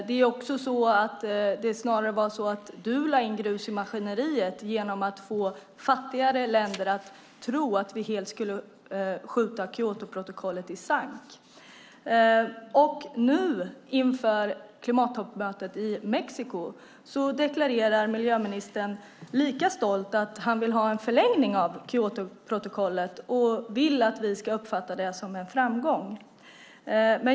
Det var snarare så att du lade in grus i maskineriet genom att få fattigare länder att tro att vi helt skulle skjuta Kyotoprotokollet i sank. Nu inför klimattoppmötet i Mexiko deklarerar miljöministern lika stolt att han vill ha en förlängning av Kyotoprotokollet och vill att vi ska uppfatta det som en framgång.